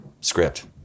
script